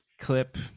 clip